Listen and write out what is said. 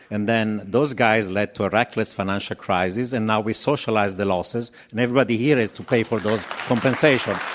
and then those guys led to a reckless financial crisis. and now we socialize the losses, and everybody here has to pay for those compensations.